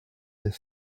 into